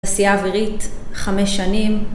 תעשייה אווירית חמש שנים